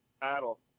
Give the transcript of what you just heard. battle